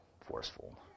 forceful